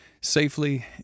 safely